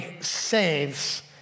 saves